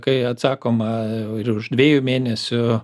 kai atsakoma ir už dviejų mėnesių